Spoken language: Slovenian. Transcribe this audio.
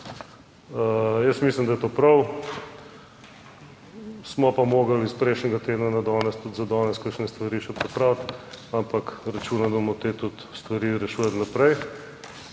Jaz mislim, da je to prav. Smo pa morali iz prejšnjega tedna na danes, tudi za danes kakšne stvari še popraviti, ampak računam, da bomo te tudi stvari reševali naprej.